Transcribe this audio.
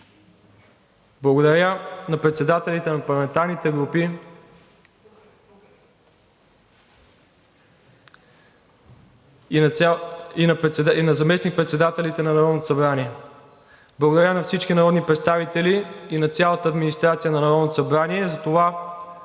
Благодаря на председателите на парламентарните групи и на заместник-председателите на Народното събрание. Благодаря на всички народни представители и на цялата администрация на Народното събрание за това,